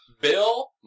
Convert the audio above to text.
Bill